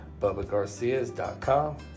BubbaGarcias.com